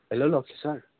hello hello officer